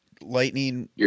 Lightning